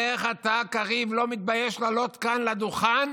איך אתה, קריב, לא מתבייש לעלות לכאן לדוכן